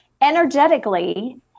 energetically